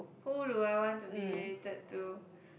who do I want to be related to